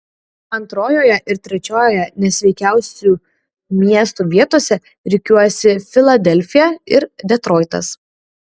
antrojoje ir trečiojoje nesveikiausių miestų vietose rikiuojasi filadelfija ir detroitas